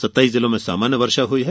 सत्ताईस जिलों में सामान्य वर्षा हुई है